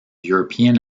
european